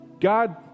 God